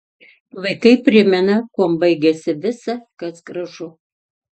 vaikai primena kuom baigiasi visa kas gražu